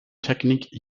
technique